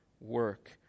work